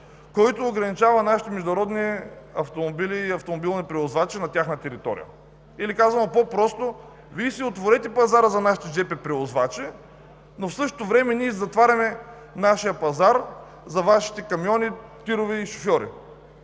който ограничава нашите международни автомобили и автомобилни превозвачи на тяхна територия. Казано по-просто: „Вие си отворете пазара за нашите жп превозвачи, но в същото време ние затваряме нашия пазар за Вашите камиони, тирове и шофьори.”